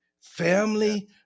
family